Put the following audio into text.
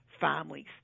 families